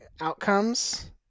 outcomes